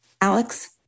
Alex